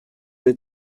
êtes